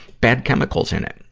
bad chemicals in it.